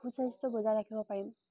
সুস্বাস্থ্য বজাই ৰাখিব পাৰিম